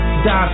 Die